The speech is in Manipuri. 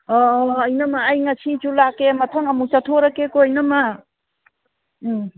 ꯍꯣ ꯍꯣ ꯍꯣ ꯏꯅꯝꯃ ꯑꯩ ꯉꯁꯤꯁꯨ ꯂꯥꯛꯀꯦ ꯃꯊꯪ ꯑꯃꯨꯛ ꯆꯠꯊꯣꯔꯛꯀꯦꯀꯣ ꯏꯅꯝꯃ ꯎꯝ